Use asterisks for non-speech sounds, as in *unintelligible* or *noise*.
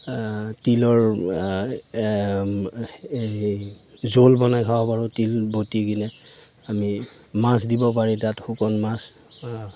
তিলৰ *unintelligible* জোল বনাই খাব পাৰোঁ তিল বটি কিনে আমি মাছ দিব পাৰি তাত শুকান মাছ